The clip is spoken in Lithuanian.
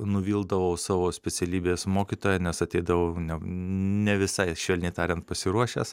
nuvildavau savo specialybės mokytoją nes ateidavau ne visai švelniai tariant pasiruošęs